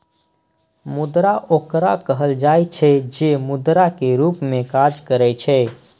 मुद्रा ओकरा कहल जाइ छै, जे मुद्रा के रूप मे काज करै छै